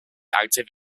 active